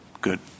Good